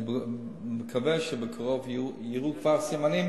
אני מקווה שבקרוב יראו כבר סימנים.